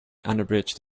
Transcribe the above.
unabridged